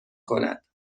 کند